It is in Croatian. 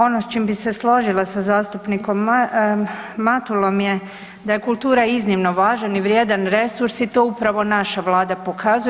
Ono s čim bi se složila sa zastupnikom Matulom je da je kultura iznimno važan i vrijedan resurs i to upravo naša Vlada pokazuje.